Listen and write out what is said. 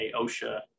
osha